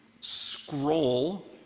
scroll